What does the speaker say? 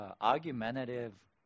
argumentative